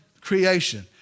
creation